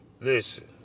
listen